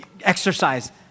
exercise